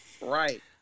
right